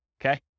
Okay